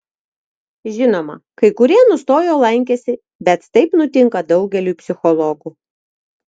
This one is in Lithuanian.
žinoma kai kurie nustojo lankęsi bet taip nutinka daugeliui psichologų